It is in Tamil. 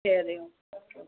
சரிங்க மேம் ஓகே